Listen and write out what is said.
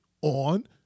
on